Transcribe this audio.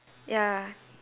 ya